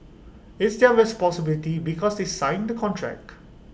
it's their responsibility because they sign the contract